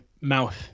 mouth